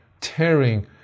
tearing